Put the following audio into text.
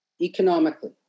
economically